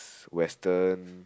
western